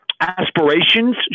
aspirations